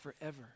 forever